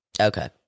Okay